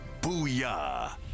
Booyah